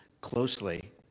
closely